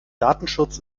datenschutz